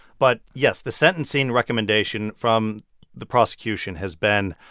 but yes, the sentencing recommendation from the prosecution has been,